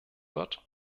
wird